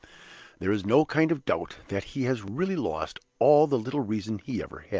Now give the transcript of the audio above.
there is no kind of doubt that he has really lost all the little reason he ever had.